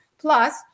plus